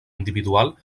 individual